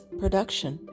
production